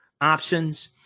options